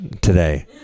today